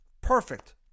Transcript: Perfect